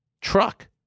truck